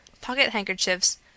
pocket-handkerchiefs